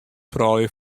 froulju